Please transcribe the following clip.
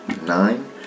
Nine